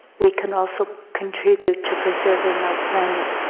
we can also contribute to preserving our planet,